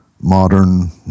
modern